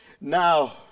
Now